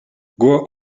grow